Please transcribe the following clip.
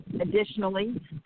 Additionally